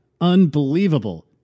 unbelievable